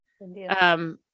India